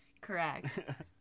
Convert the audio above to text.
Correct